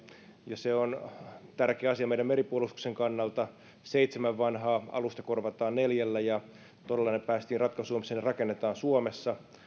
ja se on tärkeä asia meidän meripuolustuksen kannalta seitsemän vanhaa alusta korvataan neljällä ja todella päästiin ratkaisuun missä ne rakennetaan suomessa